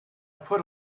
put